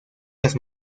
las